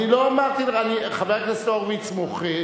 חבר הכנסת הורוביץ מוחה,